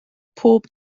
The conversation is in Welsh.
pob